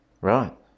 Right